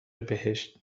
بهشت